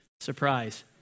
Surprise